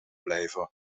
blijven